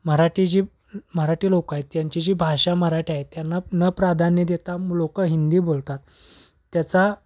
मराठी जी मराठी लोक आहेत त्यांची जी भाषा मराठी आहे त्यांना न प्राधान्य देता लोक हिंदी बोलतात त्याचा